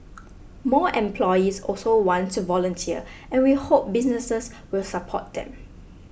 more employees also want to volunteer and we hope businesses will support them